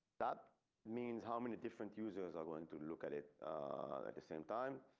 that means how many different users are going to look at it at the same time?